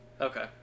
Okay